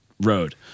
road